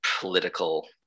political